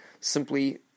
Simply